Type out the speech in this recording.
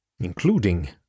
including